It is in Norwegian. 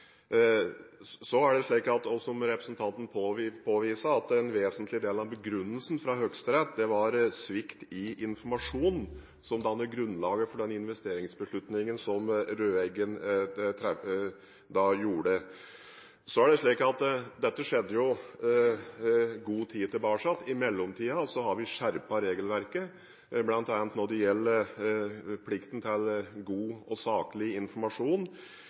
Som representanten påviser, er en vesentlig del av begrunnelsen fra Høyesterett at det var svikt i informasjonen som dannet grunnlaget for den investeringsbeslutningen Røeggen tok. Dette skjedde for en god stund siden. I mellomtiden har vi skjerpet regelverket, bl.a. når det gjelder plikten til å gi god og saklig informasjon.